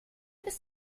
bis